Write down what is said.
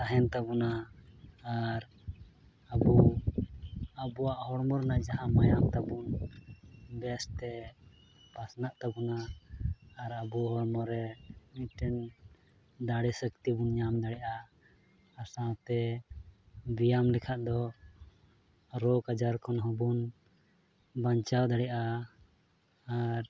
ᱛᱟᱦᱮᱱ ᱛᱟᱵᱚᱱᱟ ᱟᱨ ᱟᱵᱚ ᱟᱵᱚᱣᱟᱜ ᱦᱚᱲᱢᱚ ᱨᱮᱱᱟᱜ ᱡᱟᱦᱟᱸ ᱵᱮᱭᱟᱢ ᱛᱟᱵᱚᱱ ᱵᱮᱥᱛᱮ ᱯᱟᱱᱟᱜ ᱛᱟᱵᱚᱱᱟ ᱟᱨ ᱟᱵᱚ ᱦᱚᱲᱢᱚ ᱨᱮ ᱢᱤᱫᱴᱟᱝ ᱫᱟᱲᱮ ᱥᱚᱠᱛᱤ ᱵᱚᱱ ᱧᱟᱢ ᱫᱟᱲᱮᱭᱟᱜᱼᱟ ᱟᱨ ᱥᱟᱶᱛᱮ ᱵᱮᱭᱟᱢ ᱞᱮᱠᱷᱟᱡ ᱫᱚ ᱨᱳᱜᱽᱼᱟᱡᱟᱨ ᱠᱷᱚᱱ ᱦᱚᱸᱵᱚᱱ ᱵᱟᱧᱪᱟᱣ ᱫᱟᱲᱮᱭᱟᱜᱼᱟ ᱟᱨ